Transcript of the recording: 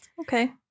Okay